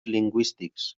lingüístics